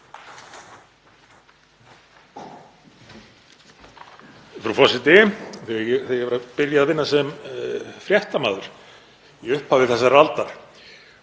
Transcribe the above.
Frú forseti. Þegar ég var að byrja að vinna sem fréttamaður í upphafi þessarar aldar